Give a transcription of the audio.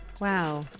Wow